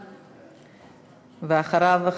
ואחריו,